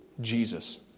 Jesus